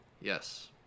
Yes